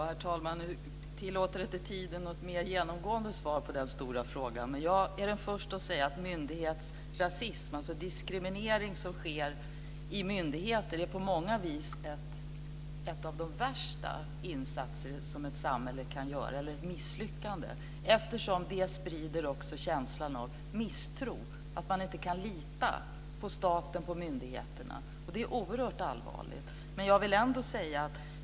Herr talman! Nu tillåter inte tiden något mer genomgripande svar på den stora frågan. Jag är den första att säga att myndighetsrasism, dvs. diskriminering som sker i myndigheter, på många vis är ett av de värsta misslyckanden som samhället kan göra. Det sprider också känslan av misstro. Man kan inte lita på staten och myndigheterna. Det är oerhört allvarligt.